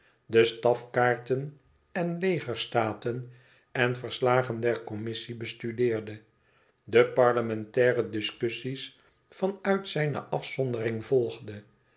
de stafkaarten en legerstaten en verslagen der commissie bestudeerde de parlementaire discussies van uit zijne afzondering volgde